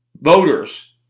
voters